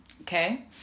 Okay